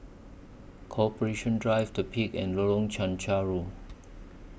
Corporation Drive The Peak and Lorong Chencharu